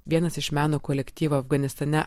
vienas iš meno kolektyvo afganistane